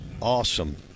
awesome